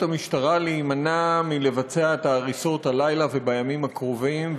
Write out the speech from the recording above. המשטרה להימנע מלבצע את ההריסות הלילה ובימים הקרובים.